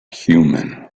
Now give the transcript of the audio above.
human